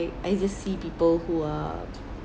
I just see people who are